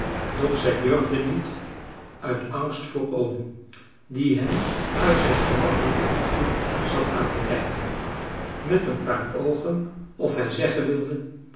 doch zij durfden niet uit angst voor oom die hen uit zijn gemakkelijke hoekje zat aan te kijken met een paar oogen of hij zeggen wilde